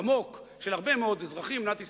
עמוק של הרבה מאוד אזרחים במדינת ישראל,